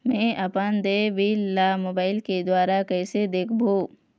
मैं अपन देय बिल ला मोबाइल के द्वारा कइसे देखबों?